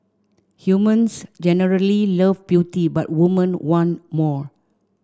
humans generally love beauty but women want more